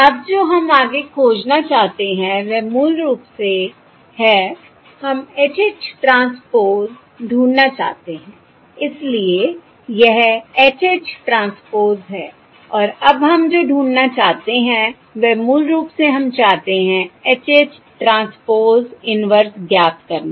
अब जो हम आगे खोजना चाहते हैं वह मूल रूप से है हम H H ट्रांसपोज़ ढूंढना चाहते हैं इसलिए यह HH ट्रांसपोज़ है और अब हम जो ढूंढना चाहते हैं वह मूल रूप से हम चाहते हैं H H ट्रांसपोज़ इन्वर्स ज्ञात करना